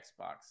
Xbox